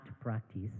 practice